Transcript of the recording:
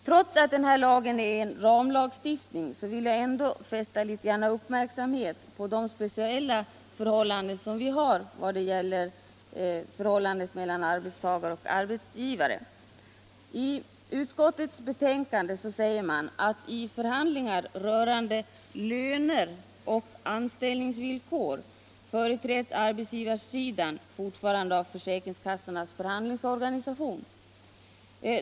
Trots att den här lagen är en ramlagstiftning, vill jag litet grand fästa uppmärksamheten på de speciella förhållandena i vad gäller relationen mellan arbetstagare och arbetsgivare. I utskottets betänkande säger man att vid förhandlingar rörande löner och antällningsvillkor företräds arbetsgivarsidan fortfarande av försäkringskassornas förhandlingsorganisation.